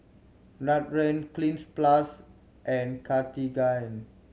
Nutren Cleanz Plus and Cartigain